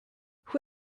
who